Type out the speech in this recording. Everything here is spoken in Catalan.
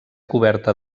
coberta